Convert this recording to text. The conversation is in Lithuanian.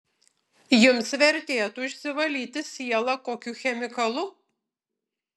jums vertėtų išsivalyti sielą kokiu chemikalu